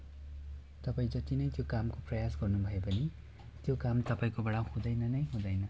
तपाईँ जति नै त्यो कामको प्रयास गर्नुभयो भने त्यो काम तपाईँकोबाट हुँदैन नै हुँदैन